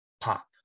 pop